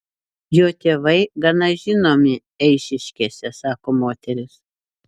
jo tėvai gana žinomi eišiškėse sako moteris